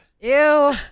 Ew